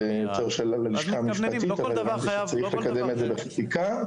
זה ללשכה המשפטית שתקדם את זה בפסיקה.